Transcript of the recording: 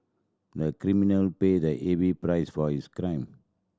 the criminal paid a heavy price for his crime